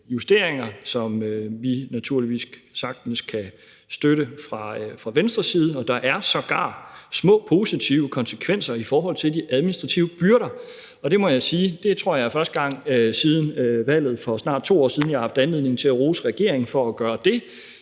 justeringer, som vi naturligvis sagtens kan støtte fra Venstres side. Der er sågar små positive konsekvenser i forhold til de administrative byrder, og der må jeg sige, at jeg tror, det er første gang siden valget for snart 2 år siden, at jeg har anledning til at rose regeringen for at gøre det.